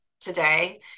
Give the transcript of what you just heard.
today